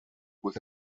with